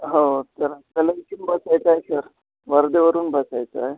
हो सर मला इथून बसायचं आहे सर वर्धेवरून बसायचं आहे